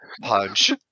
punch